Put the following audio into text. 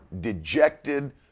dejected